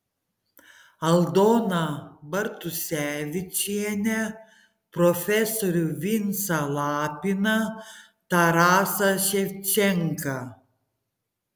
aldoną bartusevičienę profesorių vincą lapiną tarasą ševčenką